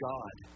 God